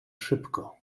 szybko